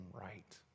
right